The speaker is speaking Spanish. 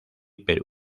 perú